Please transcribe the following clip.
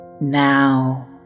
now